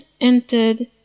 entered